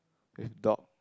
there's dog